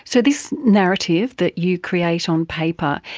so this narrative that you create on paper,